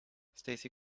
stacey